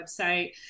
website